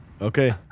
okay